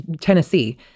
tennessee